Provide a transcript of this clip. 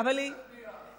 חברת הכנסת נחמיאס,